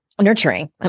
nurturing